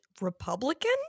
Republican